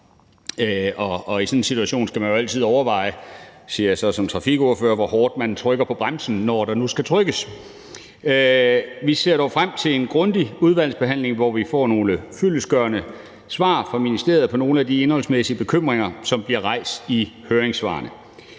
og i sådan en situation skal man jo altid overveje – siger jeg som trafikordfører – hvor hårdt man trykker på bremsen, når der nu skal trykkes. Vi ser dog frem til en grundig udvalgsbehandling, hvor vi får nogle fyldestgørende svar fra ministeriet på nogle af de indholdsmæssige bekymringer, som bliver rejst i høringssvarene.